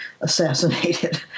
assassinated